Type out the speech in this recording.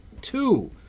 Two